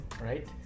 right